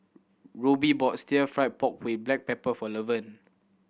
Roby bought Stir Fry pork with black pepper for Levern